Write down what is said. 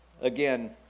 again